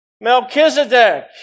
Melchizedek